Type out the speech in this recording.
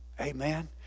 Amen